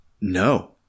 No